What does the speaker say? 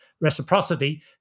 reciprocity